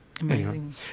Amazing